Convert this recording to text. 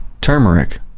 turmeric